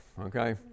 okay